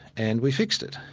and we fixed it.